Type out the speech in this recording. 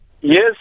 yes